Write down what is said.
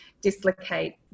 dislocate